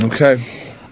Okay